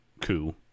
coup